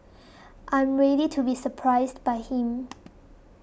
I am ready to be surprised by him